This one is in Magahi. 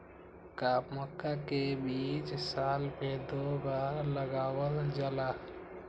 का मक्का के बीज साल में दो बार लगावल जला?